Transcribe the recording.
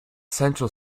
central